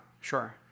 Sure